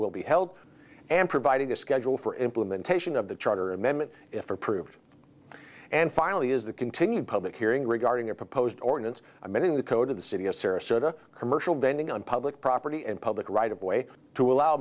will be held and providing a schedule for implementation of the charter amendment if approved and finally is the continued public hearing regarding a proposed ordinance amending the code of the city of sarasota commercial vending on public property and public right of way to allow